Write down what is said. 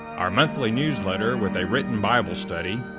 our monthly newsletter with a written bible study,